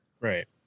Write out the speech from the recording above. Right